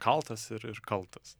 kaltas ir ir kaltas